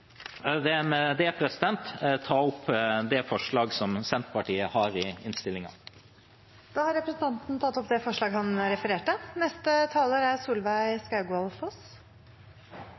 ta opp det forslaget Senterpartiet har i innstillingen. Representanten Sigbjørn Gjelsvik har tatt opp det forslaget han refererte